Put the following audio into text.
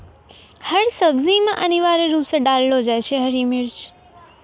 हर सब्जी मॅ अनिवार्य रूप सॅ डाललो जाय छै हरी मिर्च